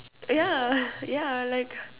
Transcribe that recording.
yeah yeah like